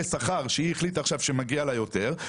שכר שהיא החליטה עכשיו שמגיע לה יותר,